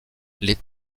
les